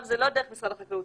עכשיו זה לא דרך משרד החקלאות,